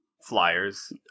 flyers